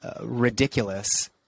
ridiculous